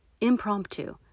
Impromptu